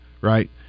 Right